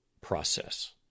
process